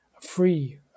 free